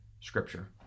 Scripture